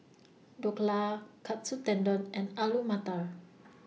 Dhokla Katsu Tendon and Alu Matar